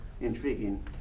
intriguing